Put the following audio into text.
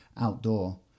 outdoor